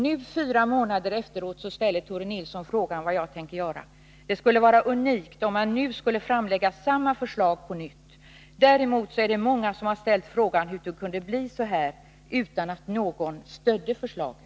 Nu, fyra månader efteråt, ställer Tore Nilsson frågan vad jag tänker göra. Det skulle vara unikt om jag nu skulle framlägga samma förslag på nytt. Däremot har många ställt frågan hur det kunde bli så här, utan att någon stödde förslaget.